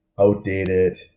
outdated